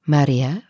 Maria